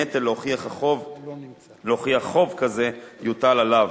הנטל להוכיח חוב כזה יוטל עליו,